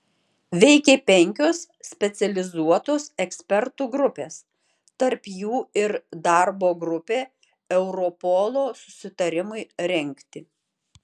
veikė penkios specializuotos ekspertų grupės tarp jų ir darbo grupė europolo susitarimui rengti